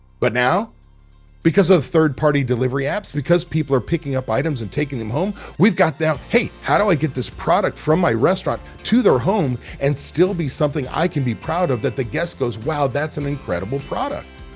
but now because of third-party delivery apps, because people are picking up items and taking them home, we've got now. hey, how do i get this product from my restaurant to their home and still be something i can be proud of? that the guest goes, wow, that's um incredible product.